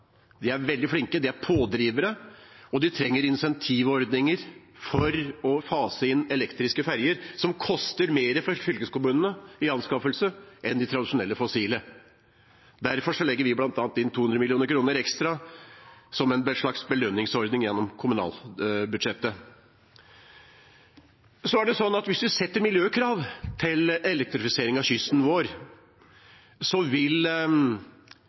de er pådrivere. De trenger incentivordninger for å fase inn elektriske ferjer, som koster mer for fylkeskommunen i anskaffelse enn de tradisjonelle fossile. Derfor legger vi bl.a. inn 200 mill. kr ekstra gjennom kommunalbudsjettet som en slags belønningsordning. Hvis man stiller miljøkrav til elektrifisering av kysten vår, vil man måtte innrette seg på det og sette inn batteriløsninger eller andre nullutslippsløsninger. Norsk industri tjener på det. Vi er så